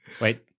wait